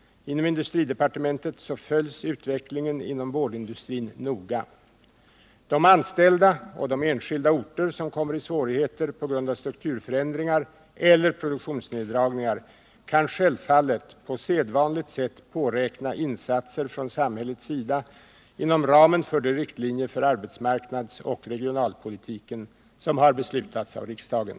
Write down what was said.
Inom industridepartementet följs utvecklingen inom boardindustrin noga. De anställda och de enskilda orter som kommer i svårigheter på grund av strukturförändringar eller produktionsneddragningar kan självfallet på sedvanligt sätt påräkna insatser från samhällets sida inom ramen för de riktlinjer för arbetsmarknaadsoch regionalpolitiken som har beslutats av riksdagen.